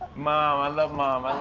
mom. i love mom.